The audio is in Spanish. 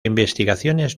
investigaciones